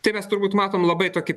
tai mes turbūt matom labai tokį